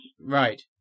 right